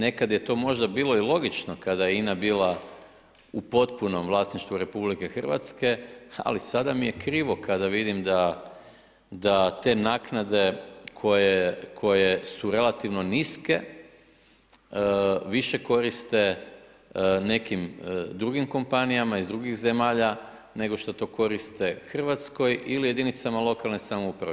Nekad je to možda bilo i logično kada je INA bila u potpunom vlasništvu Republike Hrvatske, ali sada mi je krivo kada vidim da te naknade koje su relativno niske više koriste nekim drugim kompanijama iz drugih zemalja nego što to koriste Hrvatskoj ili jedinicama lokalne samouprave.